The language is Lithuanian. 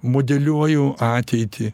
modeliuoju ateitį